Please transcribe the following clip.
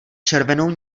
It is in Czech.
červenou